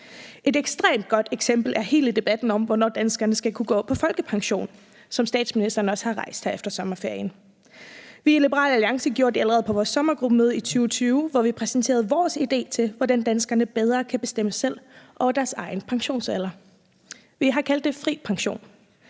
Et ekstremt godt eksempel er hele debatten om, hvornår danskerne skal kunne gå på folkepension, som statsministeren også har rejst her efter sommerferien. Vi i Liberal Alliance gjorde det allerede på vores sommergruppemøde i 2020, hvor vi præsenterede vores idé til, hvordan danskerne bedre kan bestemme selv over deres egen pensionsalder. Vi har kaldt det FriPension.